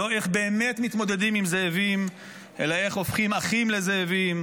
לא איך באמת מתמודדים עם זאבים אלא איך הופכים אחים לזאבים,